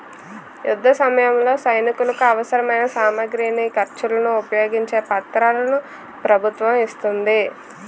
యుద్ధసమయంలో సైనికులకు అవసరమైన సామగ్రిని, ఖర్చులను ఉపయోగించే పత్రాలను ప్రభుత్వం ఇస్తోంది